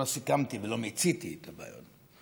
לא סיכמתי ולא מיציתי את הבעיות,